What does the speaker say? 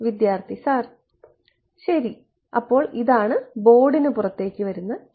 വിദ്യാർത്ഥി സർ ശരിഅപ്പോൾ ഇതാണ് ബോർഡിനു പുറത്തേക്കുവരുന്ന E